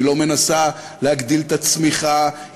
היא לא מנסה להגדיל את הצמיחה.